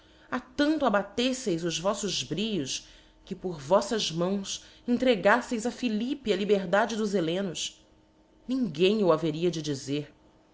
a tanto abateffeis o voffos brios que por voffas mãos entregaffeis a phi lippe a liberdade dos hellenos ninguém o haveria de dizer